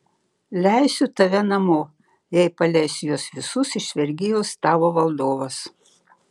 leisiu tave namo jei paleis juos visus iš vergijos tavo valdovas